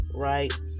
right